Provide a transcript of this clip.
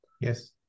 Yes